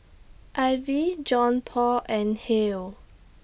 Ivey Johnpaul and Hill